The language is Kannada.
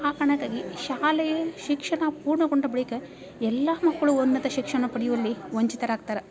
ಆ ಕಾರಣಕ್ಕಾಗಿ ಶಾಲೆ ಶಿಕ್ಷಣ ಪೂರ್ಣಗೊಂಡ ಬಳಿಕ ಎಲ್ಲ ಮಕ್ಕಳು ಉನ್ನತ ಶಿಕ್ಷಣ ಪಡೆಯುವಲ್ಲಿ ವಂಚಿತರಾಗ್ತಾರೆ